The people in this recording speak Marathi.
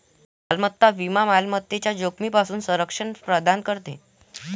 मालमत्ता विमा मालमत्तेच्या जोखमीपासून संरक्षण प्रदान करते